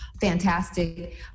Fantastic